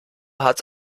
hat